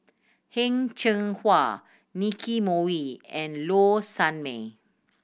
Heng Cheng Hwa Nicky Moey and Low Sanmay